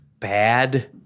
bad